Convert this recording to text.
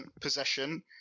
possession